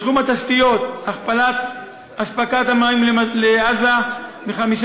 בתחום התשתיות: הכפלת הספקת המים לעזה מ-5